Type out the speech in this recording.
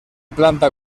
planta